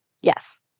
Yes